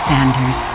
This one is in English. Sanders